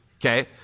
Okay